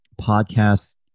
podcasts